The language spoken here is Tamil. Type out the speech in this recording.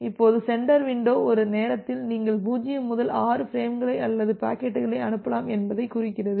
இப்போது சென்டர் வின்டோ ஒரு நேரத்தில் நீங்கள் 0 முதல் 6 பிரேம்கள் அல்லது பாக்கெட்டுகளை அனுப்பலாம் என்பதைக் குறிக்கிறது